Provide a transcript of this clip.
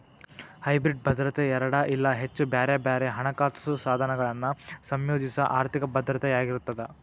hybrid ಭದ್ರತೆ ಎರಡ ಇಲ್ಲಾ ಹೆಚ್ಚ ಬ್ಯಾರೆ ಬ್ಯಾರೆ ಹಣಕಾಸ ಸಾಧನಗಳನ್ನ ಸಂಯೋಜಿಸೊ ಆರ್ಥಿಕ ಭದ್ರತೆಯಾಗಿರ್ತದ